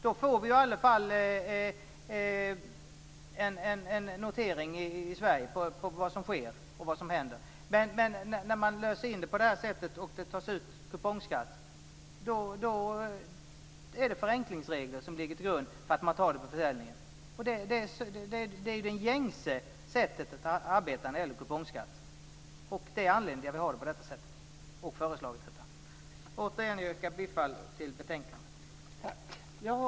Då får vi i alla fall en notering i Sverige om vad som händer och sker. När man löser in på detta sätt och kupongskatt tas ut är det förenklingsregler som ligger till grund för att man tar det här på försäljningen. Det är det gängse sättet att arbeta när det gäller kupongskatt och detta är anledningen till att det är som det är och till vårt förslag. Återigen yrkar jag bifall till hemställan i betänkandet.